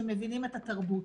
וגם בפועל.